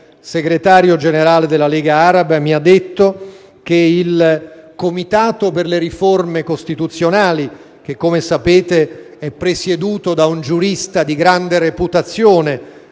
Il Segretario generale della Lega araba mi ha riferito che il comitato per le riforme costituzionali che, come sapete, è presieduto da un giurista di grande reputazione